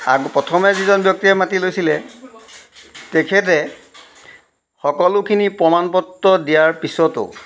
পথমে যিজন ব্যক্তিয়ে মাটি লৈছিলে তেখেতে সকলোখিনি প্ৰমান পত্ৰ দিয়াৰ পিছতো